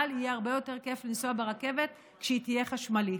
אבל יהיה הרבה יותר כיף לנסוע ברכבת כשהיא תהיה חשמלית.